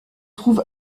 trouve